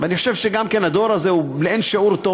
אני גם חושב שהדור הזה לאין-שיעור טוב